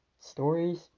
stories